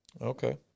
Okay